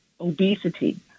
obesity